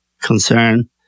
concern